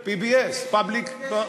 חלקית.